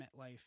MetLife